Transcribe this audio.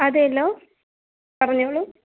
അതെല്ലോ പറഞ്ഞോളൂ